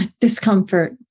Discomfort